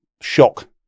shock